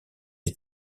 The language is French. des